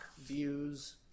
views